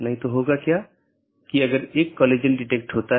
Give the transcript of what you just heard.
इसलिए हमारे पास BGP EBGP IBGP संचार है